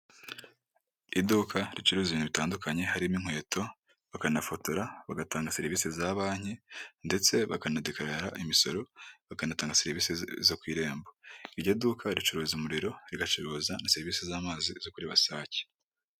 Iduka ricuruza ibintu bitandukanye harimo inkweto, bakanafotora, bagatanga na serivise za banki ndetse bakanadekarara imisoro bakanatanga serivisi zo ku irembo iryo duka ricuruza umuriro, rigacuruza na serivise z'amazi zo kuri wasac.